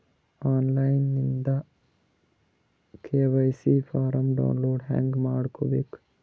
On line ದಿಂದ KYC form download ಹೇಂಗ ಮಾಡಬೇಕು?